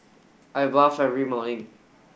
I bath every morning